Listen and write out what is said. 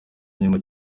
nyuma